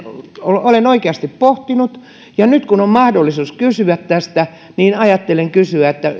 olen oikeasti pohtinut ja nyt kun on mahdollisuus kysyä tästä niin ajattelin kysyä